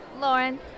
Lauren